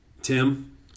Tim